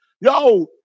Yo